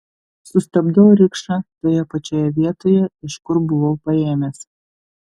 sustabdau rikšą toje pačioje vietoje iš kur buvau paėmęs